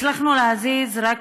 הצלחנו להזיז רק